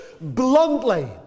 bluntly